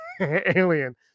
alien